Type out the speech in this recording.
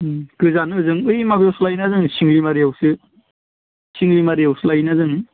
गोजान ओजों बै माबायावसो लायोना जों सिंगिमारियावसो सिंगि मारियावसो लायोना जों